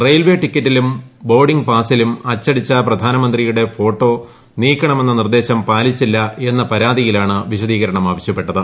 railway ടിക്കറ്റിലും boarding പാസിലും അച്ചടിച്ച പ്രധാനമന്ത്രിയുടെ ഫോട്ടോ നീക്കണമെന്ന നിർദ്ദേശം പാലിച്ചില്ല എന്ന പരാതിയിലാണ് വിശദീകരണം ആവശ്യപ്പെട്ടത്